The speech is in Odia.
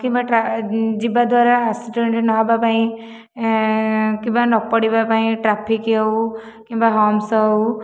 କିମ୍ବା ଯିବା ଦ୍ୱାରା ଆକ୍ସିଡେଣ୍ଟ ନ ହେବା ପାଇଁ କିମ୍ବା ନ ପଡ଼ିବା ପାଇଁ ଟ୍ରାଫିକ ହେଉ କିମ୍ବା ହମ୍ପସ ହେଉ